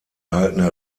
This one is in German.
erhaltene